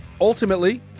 ultimately